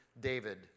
David